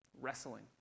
wrestling